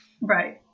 Right